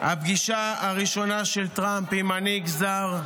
הפגישה הראשונה של טראמפ עם מנהיג זר.